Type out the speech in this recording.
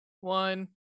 One